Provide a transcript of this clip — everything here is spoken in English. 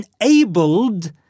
enabled